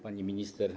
Pani Minister!